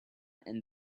and